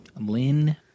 Lynn